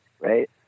right